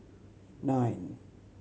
nine